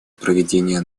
проведения